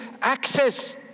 access